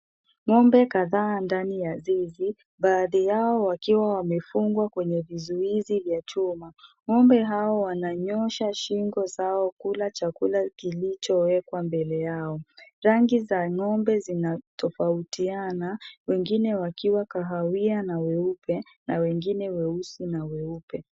Ng'ombe kadhaa ndani ya zizi, baadhi yao wakiwa wamefungwa kwenye vizuizi vya chuma. Ng'ombe hao wananyoosha shingo zao kula chakula kilichowekwa mbele yao. Rangi za ng'ombe zinatofautiana, wengine wakiwa kahawia na weupe na wengine weusi na weupe.